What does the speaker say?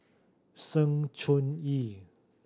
Sng Choon Yee